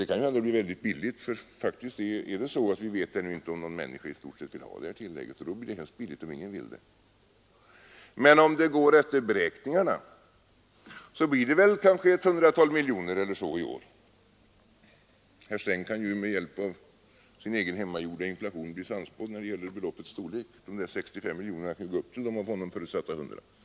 Det kan ju hända att det blir synnerligen billigt — faktiskt är det så, att vi i stort sett ännu inte vet om någon människa vill ha det här tillägget, och i så fall blir det naturligtvis billigt. Men om det går efter beräkningarna, kostar det kanske ett hundratal miljoner i år. Herr Sträng kan ju med hjälp av sin egen hemmagjorda inflation bli sannspådd när det gäller beloppets storlek — de där 65 miljonerna kan gå upp till de av honom förutsatta 100 miljonerna.